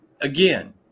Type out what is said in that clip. again